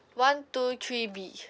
one two three B